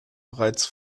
bereits